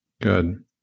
good